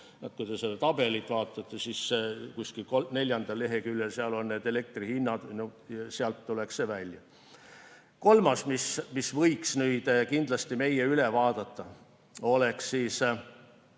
Kui te seda tabelit vaatate, siis kuskil neljandal leheküljel on need elektri hinnad, sealt tuleks see välja. Kolmas, mille me võiks kindlasti üle vaadata, oleks